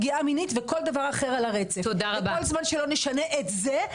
פגיעה מינית וכל דבר אחר על הרצף וכל זמן שלא נשנה את זה,